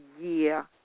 year